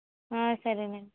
సరేనండి